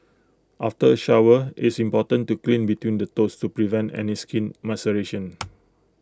after shower it's important to clean between the toes to prevent any skin maceration